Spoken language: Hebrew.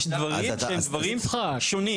זה דברים שהם דברים שונים.